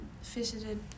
visited